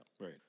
right